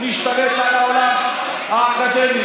משתלט על העולם האקדמי,